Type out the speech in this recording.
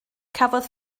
cafodd